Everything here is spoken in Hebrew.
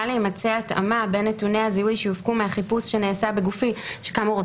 להימצא התאמה בין נתוני הזיהוי שיופקו מהחיפוש שנעשה בגופי" שכאמור,